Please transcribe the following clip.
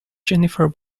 jennifer